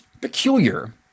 peculiar